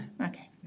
Okay